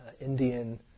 Indian